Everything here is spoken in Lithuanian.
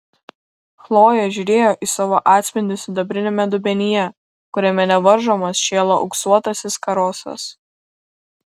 chlojė žiūrėjo į savo atspindį sidabriniame dubenyje kuriame nevaržomas šėlo auksuotasis karosas